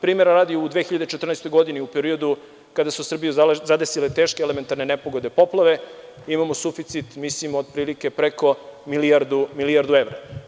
Primera radi, u 2014. godini u periodu kada su Srbiju zadesile teške elementarne nepogode, poplave, imamo suficit, mislim otprilike preko milijardu evra.